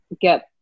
get